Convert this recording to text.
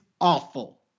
awful